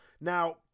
now